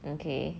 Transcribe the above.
okay